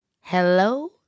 Hello